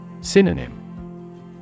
Synonym